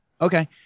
Okay